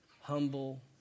humble